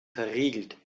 verriegelt